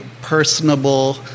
personable